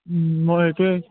মই এইটোৱে